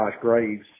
Graves